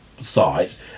site